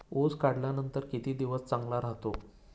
ऊस काढल्यानंतर किती दिवस चांगला राहतो?